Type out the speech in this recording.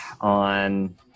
on